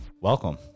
Welcome